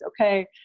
okay